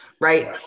right